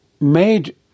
made